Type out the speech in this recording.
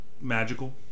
magical